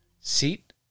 Seat